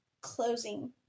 closing